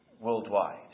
worldwide